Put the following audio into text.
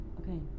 okay